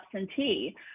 absentee